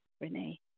Renee